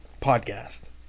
podcast